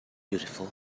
beautiful